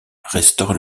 restaure